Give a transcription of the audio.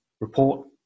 report